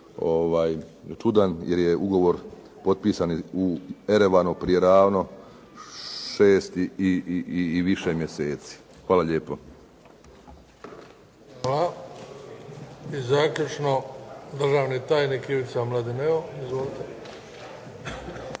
čudan, jer je ugovor potpisan u Erevanu prije ravno 6 i više mjeseci. Hvala lijepo. **Bebić, Luka (HDZ)** Hvala. I zaključno, državni tajnik Ivica Mladineo. Izvolite.